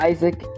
Isaac